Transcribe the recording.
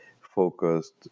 focused